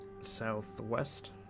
southwest